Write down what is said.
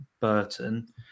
Burton